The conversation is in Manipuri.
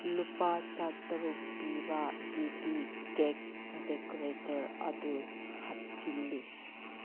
ꯂꯨꯄꯥ ꯆꯥꯇ꯭ꯔꯨꯛ ꯄꯤꯕ ꯗꯤ ꯄꯤ ꯀꯦꯛ ꯗꯦꯀꯣꯔꯦꯇꯔ ꯑꯗꯨ ꯍꯥꯞꯆꯤꯜꯂꯨ